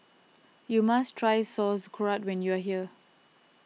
you must try Sauerkraut when you are here